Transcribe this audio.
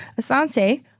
Asante